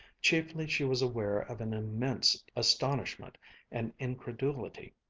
chiefly she was aware of an immense astonishment and incredulity.